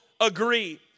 agree